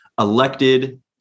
elected